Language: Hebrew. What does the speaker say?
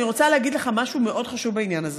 אני רוצה להגיד לך משהו מאוד חשוב בעניין הזה: